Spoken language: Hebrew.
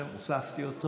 (תיקון מס' 36), התשפ"א 2021, נתקבל.